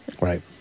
right